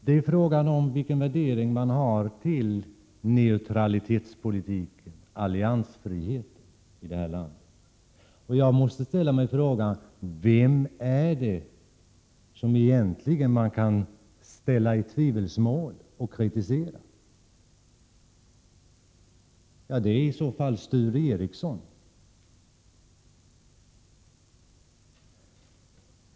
Det är fråga om vilken värdering man gör av neutralitetspolitiken och alliansfriheten i detta land. Jag måste ställa frågan: Vems värdering är det egentligen som kan sättas i tvivelsmål, och vem är det som kan kritiseras? Jo, det är Sture Ericson.